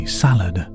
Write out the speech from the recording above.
salad